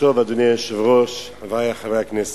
אדוני היושב-ראש, חודש טוב, חברי חברי הכנסת,